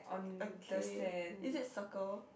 okay is it circle